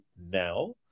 now